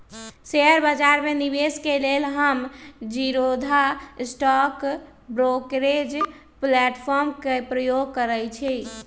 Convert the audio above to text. share बजार में निवेश के लेल हम जीरोधा स्टॉक ब्रोकरेज प्लेटफार्म के प्रयोग करइछि